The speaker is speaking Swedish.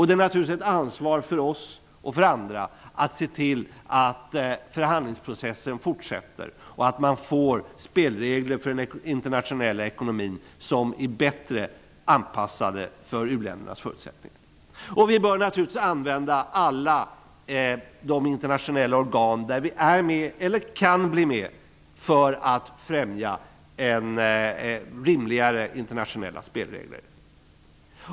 Det är naturligtvis vårt och andras ansvar att se till att förhandlingsprocessen fortsätter och att man får spelregler för den internationella ekonomin som är bättre anpassade för u-ländernas förutsättningar. Vi bör naturligtvis använda alla de internationella organ som vi är med i, eller kan bli med i, för att främja rimligare internationella spelregler.